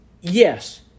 yes